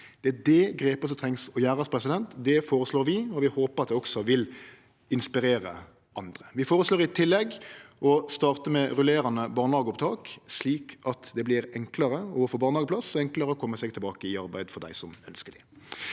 Det er det grepet som trengst å gjerast. Det føreslår vi, og vi håpar at det også vil inspirere andre. Vi føreslår i tillegg å starte med rullerande barnehageopptak, slik at det vert enklare å få barnehageplass og enklare å kome seg tilbake i arbeid for dei som ønskjer det.